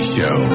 Show